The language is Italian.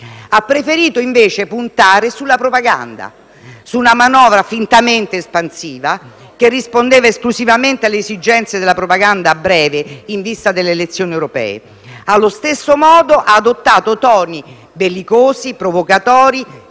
Ha preferito invece puntare sulla propaganda, su una manovra fintamente espansiva che rispondeva esclusivamente alle esigenze della propaganda a breve in vista delle elezioni europee. Allo stesso modo, ha adottato toni bellicosi, provocatori,